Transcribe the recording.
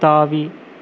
தாவி